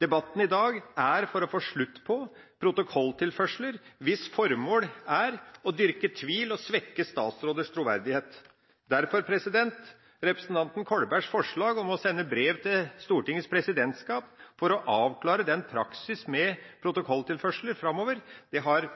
Debatten i dag har vi for å få slutt på protokolltilførsler, hvis formål er å dyrke tvil og svekke statsråders troverdighet. Representanten Kolbergs forslag om å sende brev til Stortingets presidentskap for å avklare den praksis med protokolltilførsler framover, har